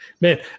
man